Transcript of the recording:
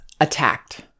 attacked